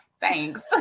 Thanks